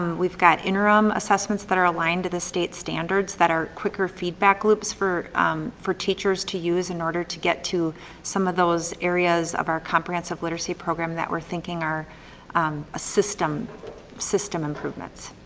we're got interim assessments that are aligned to the state's standards that are quicker feedback loops for for teachers to use in order to get to some of those areas of our comprehensive literacy program that we're thinking are um ah system system improvements.